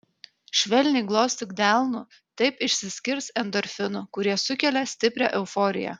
švelniai glostyk delnu taip išsiskirs endorfinų kurie sukelia stiprią euforiją